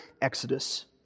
exodus